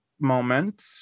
moment